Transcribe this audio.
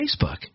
Facebook